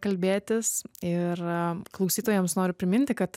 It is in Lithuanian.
kalbėtis ir klausytojams noriu priminti kad